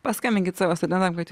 paskambinkit savo studentams kad